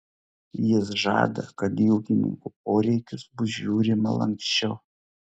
jis žada kad į ūkininkų poreikius bus žiūrima lanksčiau